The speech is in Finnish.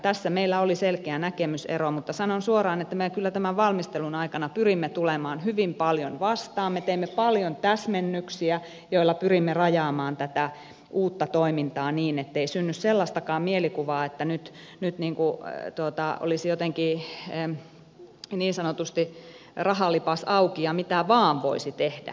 tässä meillä oli selkeä näkemysero mutta sanon suoraan että me kyllä tämän valmistelun aikana pyrimme tulemaan hyvin paljon vastaan me teimme paljon täsmennyksiä joilla pyrimme rajaamaan tätä uutta toimintaa niin ettei synny sellaistakaan mielikuvaa että nyt olisi jotenkin niin sanotusti rahalipas auki ja mitä vain voisi tehdä